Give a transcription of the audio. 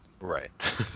Right